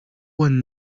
one